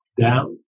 down